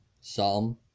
Psalm